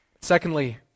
Secondly